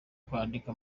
kwandika